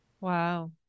wow